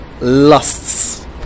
lusts